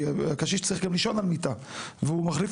כי הקשיש צריך לישון על מיטה והוא מחליף